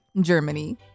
Germany